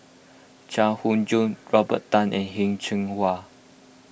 Chai Hon Yoong Robert Tan and Heng Cheng Hwa